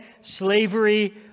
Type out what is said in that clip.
Slavery